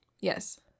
Yes